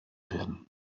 werden